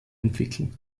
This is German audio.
entwickeln